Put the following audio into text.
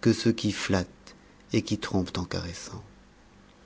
que ceux qui flattent et qui trompent en caressant